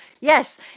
yes